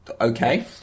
Okay